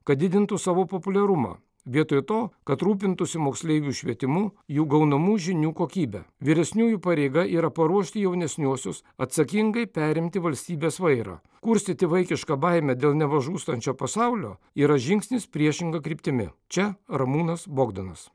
kad didintų savo populiarumą vietoj to kad rūpintųsi moksleivių švietimu jų gaunamų žinių kokybe vyresniųjų pareiga yra paruošti jaunesniuosius atsakingai perimti valstybės vairą kurstyti vaikišką baimę dėl neva žūstančio pasaulio yra žingsnis priešinga kryptimi čia ramūnas bogdanas